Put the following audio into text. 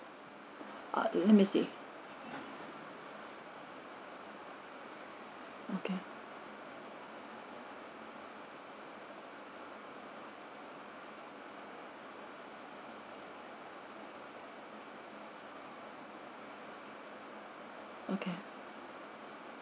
err let me see okay okay